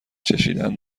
چشیدن